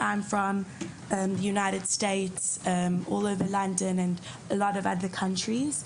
יש מארצות הברית ולונדון והרבה מדינות אחרות.